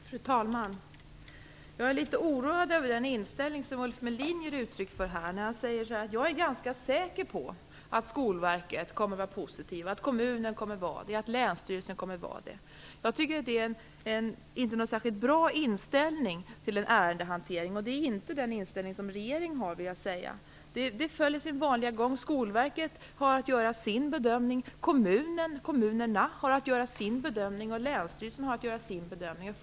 Fru talman! Jag är litet oroad över den inställning som Ulf Melin ger uttryck för. Han säger att han är ganska säker på att Skolverket kommer att vara positivt, och att kommunen och länsstyrelsen också kommer att vara det. Jag tycker inte att det är någon särskilt bra inställning till en ärendehantering. Det är inte den inställning som regeringen har. Ärendet följer sin vanliga gång. Skolverket har att göra sin bedömning och kommunerna och Länsstyrelsen sina bedömningar.